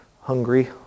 Hungry